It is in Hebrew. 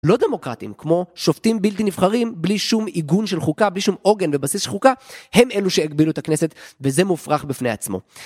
לא דמוקרטים, כמו שופטים בלתי נבחרים, בלי שום עיגון של חוקה, בלי שום עוגן בבסיס של חוקה, הם אלו שהגבילו את הכנסת, וזה מופרך בפני עצמו.